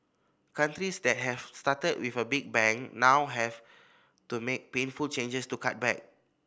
countries that have started with a big bang now have to make painful changes to cut back